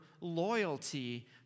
loyalty